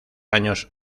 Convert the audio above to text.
años